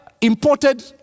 imported